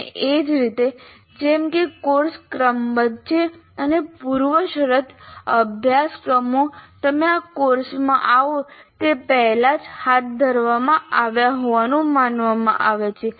અને એ જ રીતે જેમ કે કોર્સ ક્રમબદ્ધ છે અને પૂર્વશરત અભ્યાસક્રમો તમે આ કોર્સમાં આવો તે પહેલા જ હાથ ધરવામાં આવ્યા હોવાનું માનવામાં આવે છે